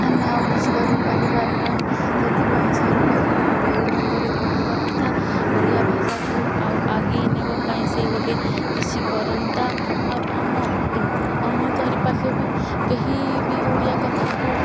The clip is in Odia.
ଆମେ ଆଉ କିଛି କରିପାରିବା ନାଇଁ ସେଥିପାଇଁ ସରକାରଙ୍କୁ ନିବେଦନ କରି କହିବା କଥା ଓଡ଼ିଆ ଭାଷାକୁ ଆଉ ଆଗେଇ ନେବା ପାଇଁ ସେ ଗୋଟେ କିଛି କରନ୍ତା ଆଉ ଆମ ଆମ ଚାରିପାଖେ ବି କେହି ବି ଓଡ଼ିଆ କଥାକୁ